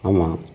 ஆமாம்